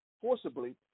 forcibly